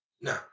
No